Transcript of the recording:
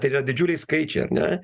tai yra didžiuliai skaičiai ar ne